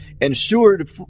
ensured